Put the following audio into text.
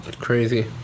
Crazy